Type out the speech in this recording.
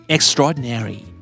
Extraordinary